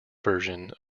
version